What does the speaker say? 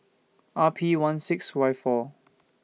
R P one six Y four